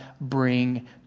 bring